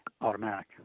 Automatic